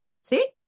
See